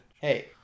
Hey